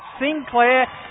Sinclair